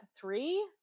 three